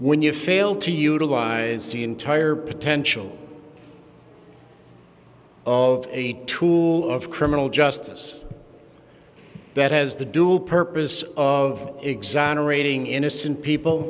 when you fail to utilize the entire potential of a tool of criminal justice that has the dual purpose of exonerating innocent people